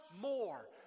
more